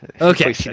Okay